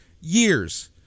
years